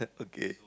okay